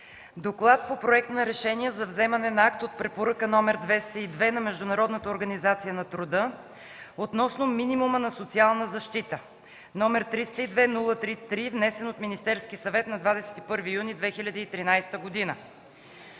разгледа Проект на решение за вземане на акт от Препоръка № 202 на Международната организация на труда относно минимума на социалната защита, № 302-03-3, внесен от Министерския съвет на 21 юни 2013 г.